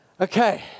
Okay